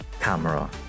Camera